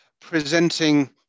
presenting